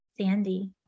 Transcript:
Sandy